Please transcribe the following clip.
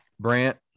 Brant